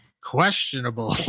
questionable